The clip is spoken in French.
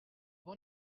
bon